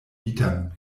mietern